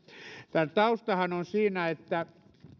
tämän taustahan on siinä että